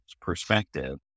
perspective